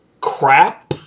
crap